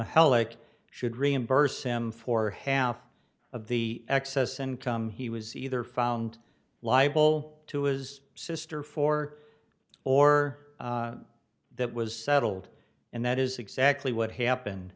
helic should reimburse him for half of the excess and come he was either found liable to his sister for or that was settled and that is exactly what happened